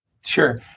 Sure